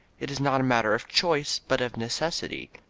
it is not a matter of choice but of necessity.